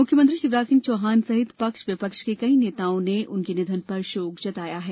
मुख्यमंत्री शिवराज सिंह चौहान सहित पक्ष विपक्ष के कई नेताओं ने उनके निधन पर शोक जताया है